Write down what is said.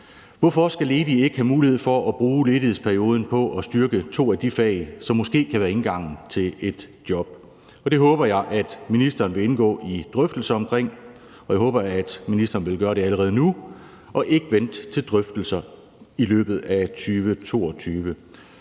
Hvorfor skal de ledige ikke også have mulighed for at bruge ledighedsperioden på at styrke to af de fag, som måske kan være indgangen til et job? Og det håber jeg at ministeren vil indgå i drøftelser omkring, og jeg håber, at ministeren vil gøre det allerede nu og ikke vente til drøftelserne i løbet af 2022.